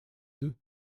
deux